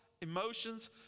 emotions